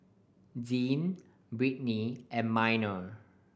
Dean Brittany and Minor